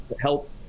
help